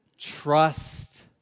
Trust